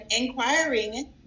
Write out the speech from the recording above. inquiring